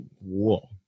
whoa